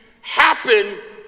happen